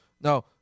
now